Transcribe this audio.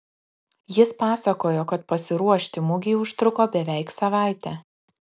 jis pasakojo kad pasiruošti mugei užtruko beveik savaitę